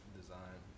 design